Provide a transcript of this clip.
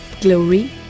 glory